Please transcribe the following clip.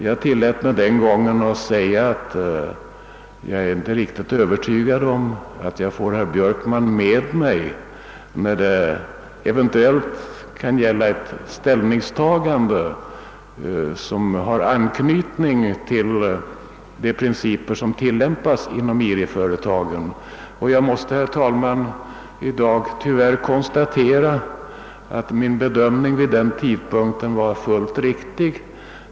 Jag tillät mig den gången förklara att jag inte var riktigt övertygad om att jag skulle få herr Björkman med mig, när det eventuellt kunde gälla ett ställningstagande med anknytning till de principer som tillämpas inom IRI företagen. Tyvärr måste jag, herr talman, i dag konstatera att min bedömning vid denna tidpunkt var fullt riktig.